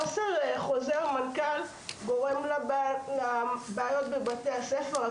חוסר חוזר מנכ"ל גורם לבעיות בבתי ספר,